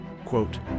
quote